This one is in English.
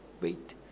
wait